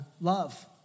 love